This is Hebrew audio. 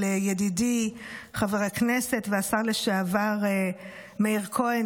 ידידי חבר הכנסת והשר לשעבר מאיר כהן,